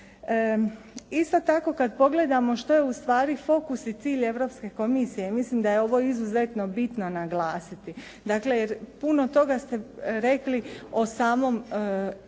Isto tako, kad pogledamo šta je ustvari fokus i cilj Europske komisije i mislim da je ovo izuzetno bitno naglasiti jer puno toga ste rekli o samom